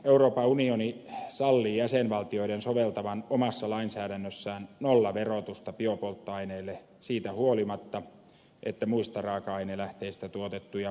euroopan unioni sallii jäsenvaltioiden soveltavan omassa lainsäädännössään nollaverotusta biopolttoaineille siitä huolimatta että muista raaka ainelähteistä tuotettuja polttoaineita verotetaan